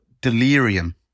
delirium